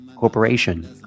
corporation